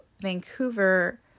Vancouver